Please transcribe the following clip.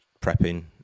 prepping